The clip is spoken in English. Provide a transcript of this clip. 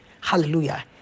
Hallelujah